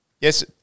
yes